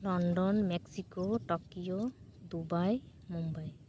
London Mexico Tokyo Dubai Mumbai